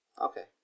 Okay